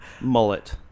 mullet